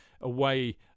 away